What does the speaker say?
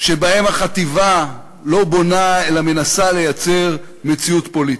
שבהם החטיבה לא בונה אלא מנסה לייצר מציאות פוליטית,